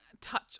touch